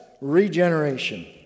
regeneration